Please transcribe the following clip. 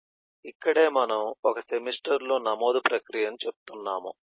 కాబట్టి ఇక్కడే మనము ఒక సెమిస్టర్లో నమోదు ప్రక్రియను చూపుతున్నాము